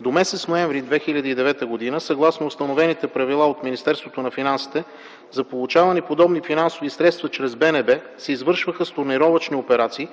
до м. ноември 2009 г., съгласно установените правила от Министерството на финансите, за получаване на подобни финансови средства чрез БНБ се извършваха сторнировъчни операции